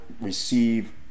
receive